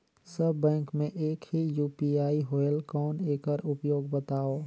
सब bank मे एक ही यू.पी.आई होएल कौन एकर उपयोग बताव?